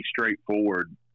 straightforward